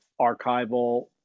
archival